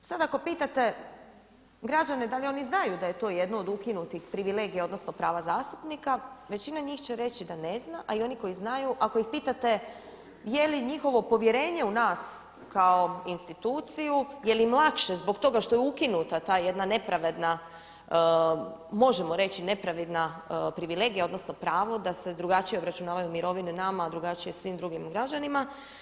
Sada ako pitate građane da li oni znaju da je to jedno od ukinutih privilegija, odnosno prava zastupnika većina njih će reći da ne zna a i oni koji znaju ako ih pitate je li njihovo povjerenje u nas kao instituciju, je li im lakše zbog toga što je ukinuta ta jedna nepravedna, možemo reći nepravedna privilegija, odnosno pravo da se drugačije obračunavaju mirovine nama a drugačije svim drugim građanima.